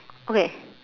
okay